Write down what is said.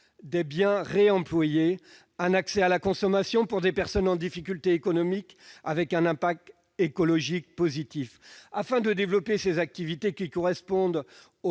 des biens réemployés, un accès à la consommation pour des personnes en difficulté économique, avec un impact écologique positif. Afin de développer ces activités, qui correspondent